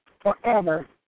forever